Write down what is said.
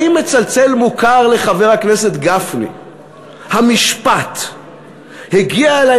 האם מצלצל מוכר לחבר הכנסת גפני המשפט "הגיע אלי